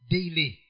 Daily